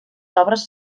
obres